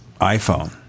iPhone